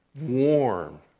warm